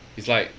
it's like